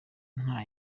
nta